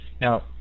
Now